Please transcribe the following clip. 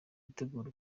gutegura